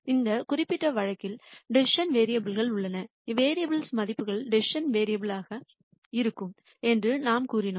அந்த குறிப்பிட்ட வழக்கில் டிசிசன் வேரியபுல் கள் உள்ளன வேரியபுல் மதிப்புகள் டிசிசன் வேரியபுல் யாக இருக்கும் என்று நாம் கூறினோம்